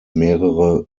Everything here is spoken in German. mehrere